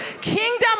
Kingdom